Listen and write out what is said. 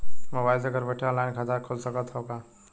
Mobile से घर बैठे ऑनलाइन खाता खुल सकत हव का?